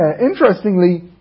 interestingly